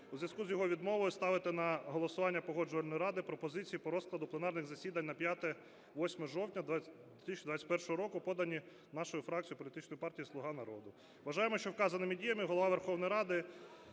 у зв'язку з його відмовою ставити на голосування Погоджувальної ради пропозиції по розкладу пленарних засідань на 5-8 жовтня 2021 року, подані нашою фракцією політичної партії "Слуга народу". Вважаємо, що вказаними діями Голова Верховної Ради